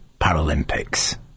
Paralympics